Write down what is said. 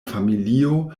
familio